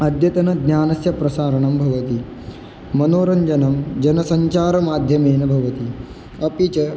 अद्यतनं ज्ञानस्य प्रसारणं भवति मनोरञ्जनं जनसञ्चारमाध्यमेन भवति अपि च